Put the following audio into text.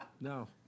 No